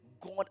god